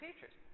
teachers